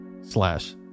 slash